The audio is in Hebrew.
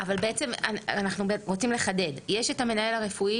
אנחנו רוצים לחדד: יש את המנהל הרפואי,